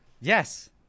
Yes